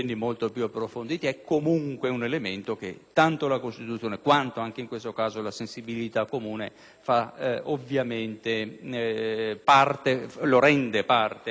tanto la Costituzione, quanto, anche in questo caso, la sensibilità comune, rendono parte integrante del disegno di legge